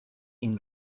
این